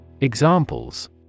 Examples